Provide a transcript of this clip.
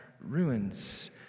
ruins